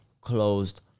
closed